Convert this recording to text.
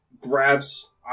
grabs